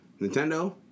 Nintendo